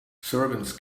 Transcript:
servants